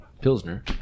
Pilsner